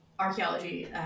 archaeology